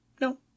No